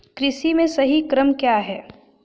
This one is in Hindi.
कृषि में सही क्रम क्या है?